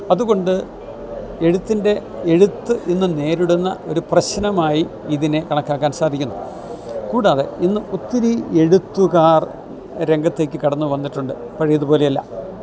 അതുകൊണ്ട് എഴുത്തിൻ്റെ എഴുത്ത് ഇന്ന് നേരിടുന്ന ഒരു പ്രശ്നമായി ഇതിനെ കണക്കാക്കാൻ സാധിക്കുന്നു കൂടാതെ ഇന്ന് ഒത്തിരി എഴുത്തുകാർ രംഗത്തേക്ക് കടന്നുവന്നിട്ടുണ്ട് പഴയതു പോലെയല്ല